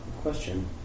question